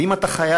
ואם אתה חייל,